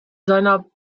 seiner